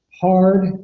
hard